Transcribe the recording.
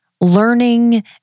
learning